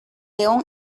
león